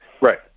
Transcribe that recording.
Right